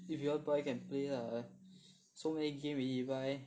if you want buy can play lah so many game already buy